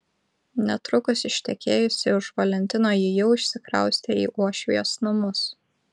netrukus ištekėjusi už valentino ji jau išsikraustė į uošvijos namus